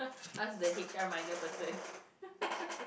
ask the H_R minor person